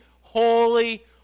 holy